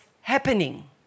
happening